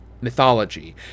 mythology